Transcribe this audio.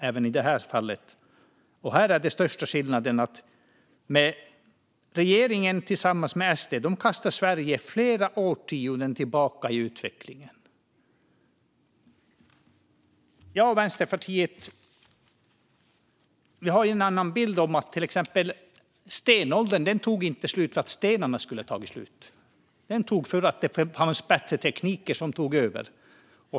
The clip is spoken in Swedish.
Den största skillnaden här är att regeringen tillsammans med SD kastar Sverige flera årtionden tillbaka i utvecklingen. Jag och Vänsterpartiet har en annan bild. Stenåldern tog inte slut för att stenarna tog slut, utan den tog slut därför att bättre tekniker tog över.